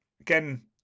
again